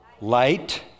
light